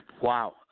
Wow